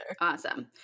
Awesome